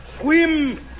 swim